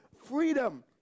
freedom